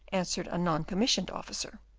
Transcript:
answered a non-commissioned officer.